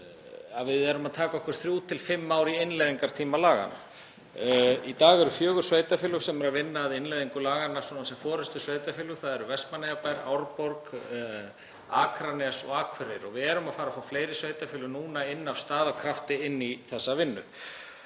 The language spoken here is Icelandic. við erum að taka okkur þrjú til fimm ár í innleiðingartíma laganna. Í dag eru fjögur sveitarfélög sem eru að vinna að innleiðingu laganna sem forystusveitarfélög, það eru Vestmannaeyjabær, Árborg, Akranes og Akureyri. Við erum að fara að fá fleiri sveitarfélög núna af stað af krafti inn í þessa vinnu.